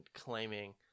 claiming